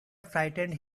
frightened